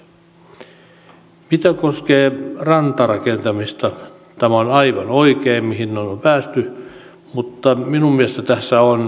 siinä mikä koskee rantarakentamista on aivan oikein tämä mihin on päästy mutta minun mielestäni tässä on eräs puute